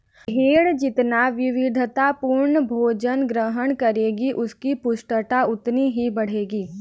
भेंड़ जितना विविधतापूर्ण भोजन ग्रहण करेगी, उसकी पुष्टता उतनी ही बढ़ेगी